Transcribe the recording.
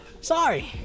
sorry